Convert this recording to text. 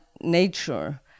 nature